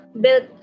built